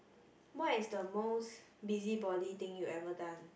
what is the most busybody thing you ever done